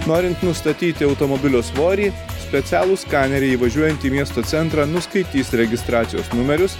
norint nustatyti automobilio svorį specialūs skaneriai įvažiuojant į miesto centrą nuskaitys registracijos numerius